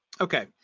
Okay